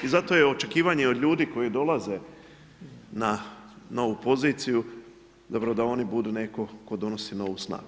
I zato je očekivanje i od ljudi koji dolaze na novu poziciju, dobro da oni budu netko tko donosi novu snagu.